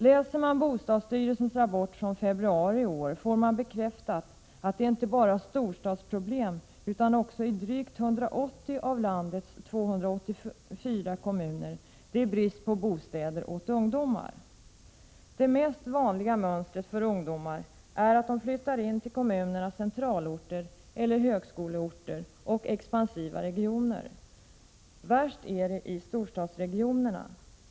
Läser man bostadsstyrelsens rapport från februari i år, får man bekräftat att bostadsbristen inte bara är ett storstadsproblem utan att det i drygt 180 av landets 284 kommuner råder brist på bostäder åt ungdomar. Det mest vanliga mönstret för ungdomar är att de flyttar in till kommunernas centralorter eller till högskoleorter och expansiva regioner. Värst är det i storstadsregionerna.